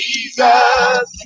Jesus